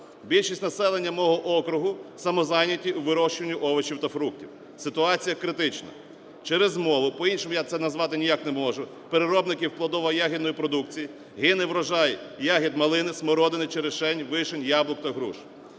Більшість населення мого округусамозайняті у вирощуванні овочів та фруктів. Ситуація критична. Через змову, по-іншому я це назвати ніяк не можу, в переробників плодово-ягідної продукції гине врожай ягід малини, смородини, черешень, вишень, яблук та груш.